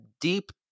deep